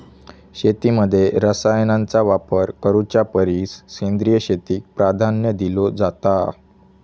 शेतीमध्ये रसायनांचा वापर करुच्या परिस सेंद्रिय शेतीक प्राधान्य दिलो जाता